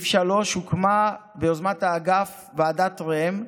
הוקמה ביוזמת האגף ועדת ראם,